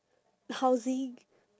housing